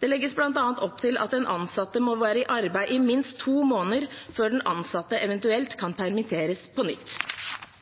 Det legges bl.a. opp til at den ansatte må være i arbeid i minst to måneder før den ansatte eventuelt kan permitteres på nytt.